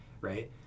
right